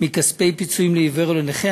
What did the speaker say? מכספי פיצויים לעיוור או לנכה.